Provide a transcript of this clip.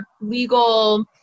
legal